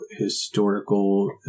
historical